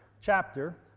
chapter